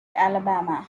alabama